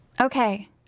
Okay